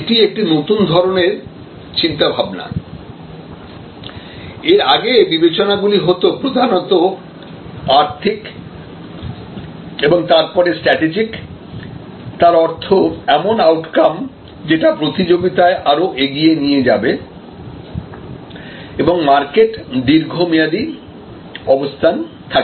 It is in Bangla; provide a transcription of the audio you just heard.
এখন এটি নতুন ধরণের চিন্তাভাবনা এর আগে বিবেচনাগুলি হত প্রধানত আর্থিক এবং তারপরে স্ট্র্যাটেজিক তার অর্থ এমন আউটকাম যেটা প্রতিযোগিতায় আরও এগিয়ে নিয়ে যাবে এবং মার্কেটে দীর্ঘমেয়াদী অবস্থান থাকবে